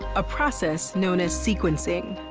a process known as sequencing.